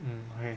mm okay